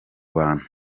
bantu